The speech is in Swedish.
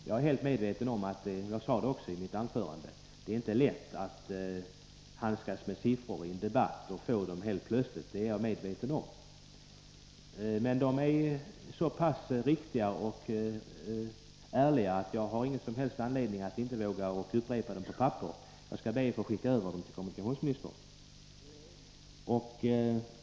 Jag är helt medveten om — det sade jag också i mitt anförande — att det inte är lätt att handskas med siffror när man får dem plötsligt under debatten. Men dessa siffror är så pass riktiga och ärliga att jag inte finner någon som helst anledning att inte våga upprepa dem på papperet. Jag skall alltså be att få skicka över dem till kommunikationsministern.